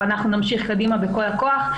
ואנחנו נמשיך קדימה בכל הכוח,